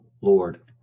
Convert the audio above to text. Lord